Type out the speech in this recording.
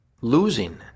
losing